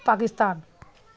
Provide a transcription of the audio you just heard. Pakistan